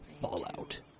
Fallout